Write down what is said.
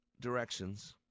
directions